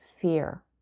fear